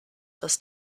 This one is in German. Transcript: dass